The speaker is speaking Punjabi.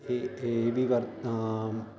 ਇਹ ਇਹ ਵੀ ਵਰਤ ਆਮ